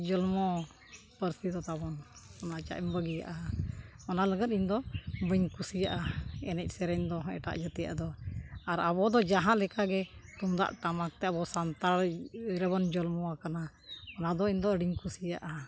ᱡᱚᱱᱢᱚ ᱯᱟᱹᱨᱥᱤ ᱫᱚ ᱛᱟᱵᱚᱱ ᱚᱱᱟ ᱪᱟᱜ ᱮᱢ ᱵᱟᱹᱜᱤᱭᱟᱜᱼᱟ ᱚᱱᱟ ᱞᱟᱹᱜᱤᱫ ᱤᱧ ᱫᱚ ᱵᱟᱹᱧ ᱠᱩᱥᱤᱭᱟᱜᱼᱟ ᱮᱱᱮᱡ ᱥᱮᱨᱮᱧ ᱫᱚ ᱮᱴᱟᱜ ᱡᱟᱹᱛᱤᱣᱟᱜ ᱫᱚ ᱟᱨ ᱟᱵᱚ ᱫᱚ ᱡᱟᱦᱟᱸ ᱞᱮᱠᱟᱜᱮ ᱛᱩᱢᱫᱟᱜ ᱴᱟᱢᱟᱠ ᱛᱮ ᱟᱵᱚ ᱥᱟᱱᱛᱟᱲ ᱨᱮᱵᱚᱱ ᱡᱚᱱᱢᱚ ᱟᱠᱟᱱᱟ ᱚᱱᱟ ᱫᱚ ᱤᱧ ᱫᱚ ᱟᱹᱰᱤᱧ ᱠᱩᱥᱤᱭᱟᱜᱼᱟ